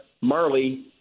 Marley